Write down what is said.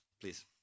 please